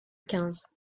quinze